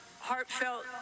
Heartfelt